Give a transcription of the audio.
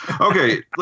Okay